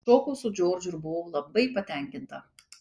šokau su džordžu ir buvau labai patenkinta